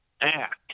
act